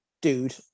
dude